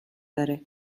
داره